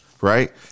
right